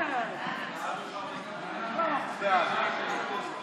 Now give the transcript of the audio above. עידוד עסקים להעסקת בני החברה